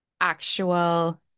actual